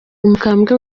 umukambwe